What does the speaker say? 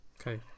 Okay